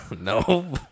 no